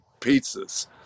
pizzas